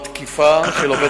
מדובר?